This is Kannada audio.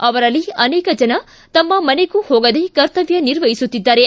ಅವರಲ್ಲಿ ಅನೇಕ ಜನ ತಮ್ಮ ಮನೆಗೂ ಹೋಗದೆ ಕರ್ತವ್ಯ ನಿರ್ವಹಿಸುತ್ತಿದ್ದಾರೆ